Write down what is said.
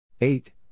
Eight